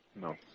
No